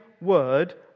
word